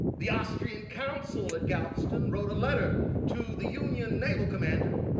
the austrian council at galveston wrote a letter to the union naval commander,